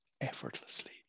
effortlessly